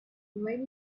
when